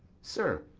sir,